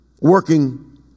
working